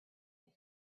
had